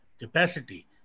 capacity